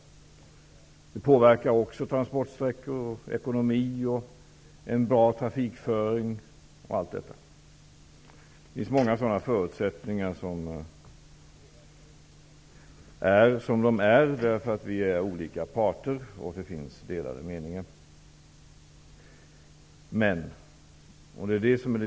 Den påverkar också transportsträckor, ekonomi, en bra trafikföring osv. Det finns många sådana förutsättningar som är som de är därför att det finns delade meningar mellan olika parter.